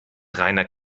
reiner